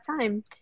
time